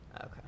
Okay